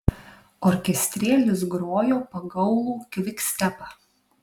orkestrėlis grojo pagaulų kvikstepą